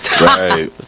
Right